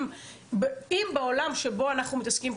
אם בעולם שבו אנחנו מתעסקים,